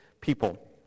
people